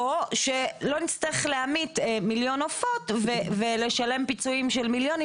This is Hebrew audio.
או שלא נצטרך להמית מיליון עופות ולשלם פיצויים של מיליונים,